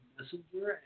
Messenger